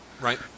Right